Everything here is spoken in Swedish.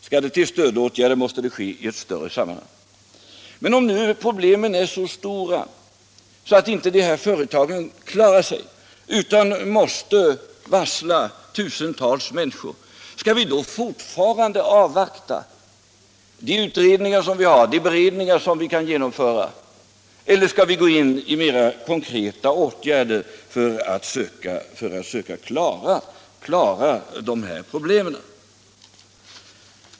Skall det till stödåtgärder, måste det ske i ett större sammanhang.” Men om nu problemen är så stora att inte de här företagen klarar sig, utan måste varsla tusentals människor om uppsägning, skall vi då fortfarande avvakta de utredningar som pågår och de beredningar som skall genomföras, eller skall vi gå in i mera konkreta åtgärder för att söka klara de här problemen?